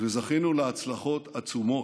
וזכינו להצלחות עצומות,